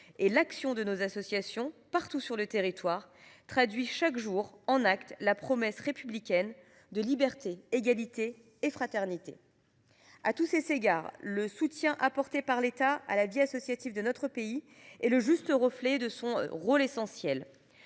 L’action de nos associations, partout sur le territoire, traduit chaque jour en actes la promesse républicaine de liberté, d’égalité et de fraternité. À tous ces égards, le soutien apporté par l’État à la vie associative de notre pays est le juste reflet du rôle essentiel